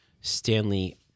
Stanley